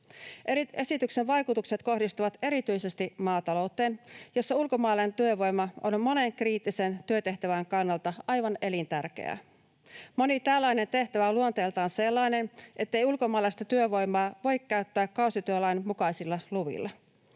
Esityksen vaikutukset kohdistuvat erityisesti maatalouteen, jossa ulkomaalainen työvoima on monen kriittisen työtehtävän kannalta aivan elintärkeä. [Mauri Peltokankaan välihuuto] Moni tällainen tehtävä on luonteeltaan sellainen, ettei ulkomaalaista työvoimaa voi käyttää kausityölain mukaisilla luvilla.